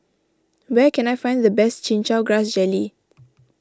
where can I find the best Chin Chow Grass Jelly